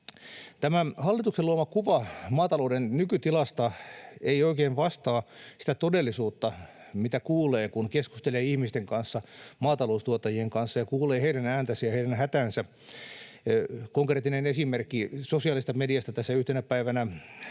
Tämän hallituksen luoma kuva maatalouden nykytilasta ei oikein vastaa sitä todellisuutta, mistä kuulee, kun keskustelee ihmisten kanssa, maataloustuottajien kanssa, ja kuulee heidän ääntänsä ja heidän hätäänsä. Konkreettinen esimerkki sosiaalisesta mediasta: Tässä yhtenä päivänä